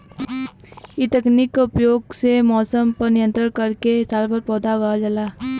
इ तकनीक से मौसम पर नियंत्रण करके सालभर पौधा उगावल जाला